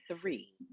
three